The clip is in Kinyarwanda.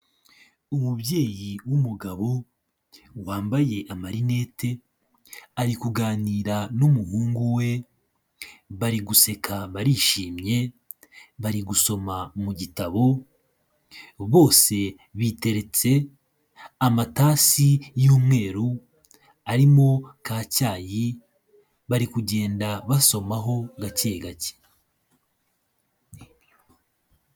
Umubyeyi w'umugabo wambaye amarinete ari kuganira n'umuhungu we bari guseka barishimye bari gusoma mu gitabo bose biteretse amatasi y'umweru arimo ka cyayi bari kugenda basomaho gake gake.